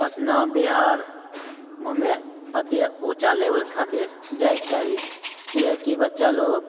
पटना बिहार घूमे अथी ऊँचा लेबल खातिर जाइके चाही किआकि बच्चा लोग